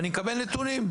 ואני אקבל נתונים,